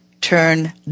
turn